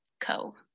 Co